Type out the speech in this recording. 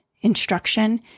instruction